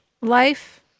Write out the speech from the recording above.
life